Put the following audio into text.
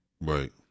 Right